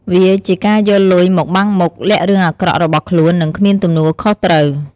វាជាការយកលុយមកបាំងមុខ លាក់រឿងអាក្រក់របស់ខ្លួន និងគ្មានទំនួលខុសត្រូវ។